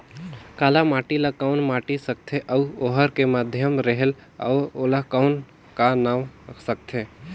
काला माटी ला कौन माटी सकथे अउ ओहार के माधेक रेहेल अउ ओला कौन का नाव सकथे?